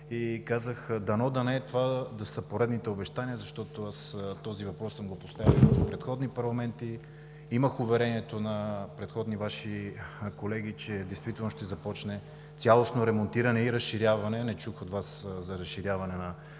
Дано това да не са поредните обещания, защото този въпрос съм го поставял и в предишни парламенти. Имах уверението на предходни Ваши колеги, че действително ще започне цялостно ремонтиране и разширяване. Не чух от Вас за разширяване на